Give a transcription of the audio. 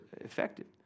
effective